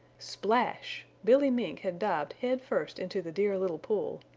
splash! billy mink had dived head first into the dear little pool.